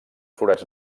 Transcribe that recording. forats